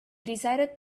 decided